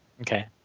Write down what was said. Okay